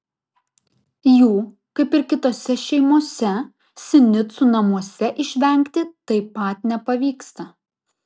jų kaip ir kitose šeimose sinicų namuose išvengti taip pat nepavyksta